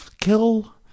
kill